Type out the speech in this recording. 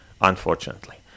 unfortunately